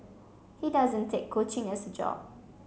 he doesn't take coaching as a job